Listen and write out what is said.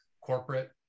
corporate